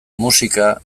musika